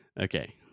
Okay